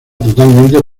totalmente